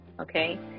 Okay